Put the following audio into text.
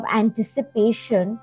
anticipation